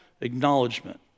acknowledgement